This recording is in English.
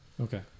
Okay